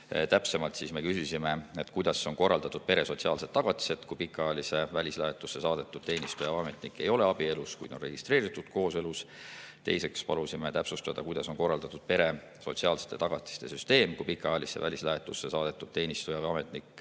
Täpsemalt me küsisime, kuidas on korraldatud pere sotsiaalsed tagatised, kui pikaajalisse välislähetusse saadetud teenistuja või ametnik ei ole abielus, kuid on registreeritud kooselus. Teiseks palusime täpsustada, kuidas on korraldatud pere sotsiaalsete tagatiste süsteem, kui pikaajalisse välislähetusse saadetud teenistuja või ametnik